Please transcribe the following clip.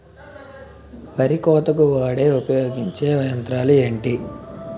వరి కోతకు వాడే ఉపయోగించే యంత్రాలు ఏంటి?